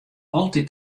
altyd